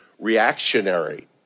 reactionary